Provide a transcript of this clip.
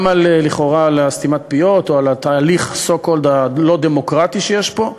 גם על סתימת הפיות לכאורה וגם על התהליך so called הלא-דמוקרטי שיש פה.